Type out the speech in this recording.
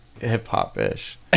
hip-hop-ish